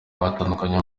batandukanye